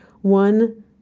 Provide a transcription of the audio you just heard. one